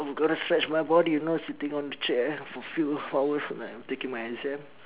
I'm gonna stretch my body you know sitting on the chair for few hours like I'm taking my exam